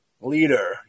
leader